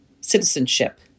citizenship